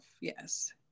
yes